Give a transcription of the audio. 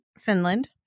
Finland